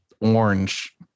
orange